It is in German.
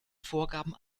vorgaben